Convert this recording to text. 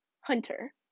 Hunter